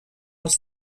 els